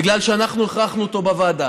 בגלל שאנחנו הכרחנו אותו בוועדה.